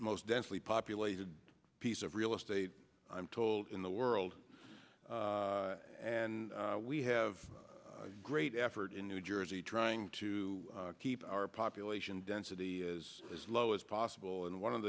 most densely populated piece of real estate i'm told in the world and we have great effort in new jersey trying to keep our population density is as low as possible and one of